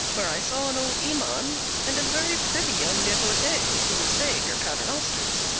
where i saw an old iman and a very pretty young devotee who was saying her paternosters.